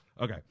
Okay